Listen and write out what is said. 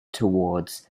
towards